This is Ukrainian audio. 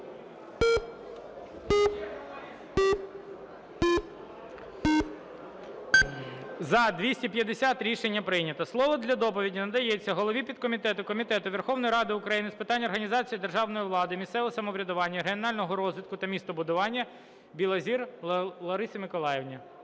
За-250 Рішення прийнято. Слово для доповіді надається голові підкомітету Комітету Верховної Ради України з питань організації державної влади, місцевого самоврядування, регіонального розвитку та містобудування Білозір Ларисі Миколаївні.